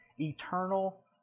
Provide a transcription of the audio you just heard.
eternal